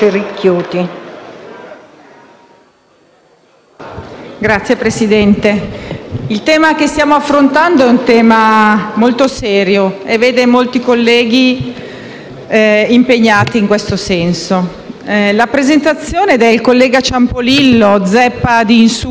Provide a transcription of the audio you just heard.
Signora Presidente, il tema che stiamo affrontando è molto serio e vede molti colleghi impegnati. La presentazione del collega Ciampolillo, zeppa di insulti nei confronti di questa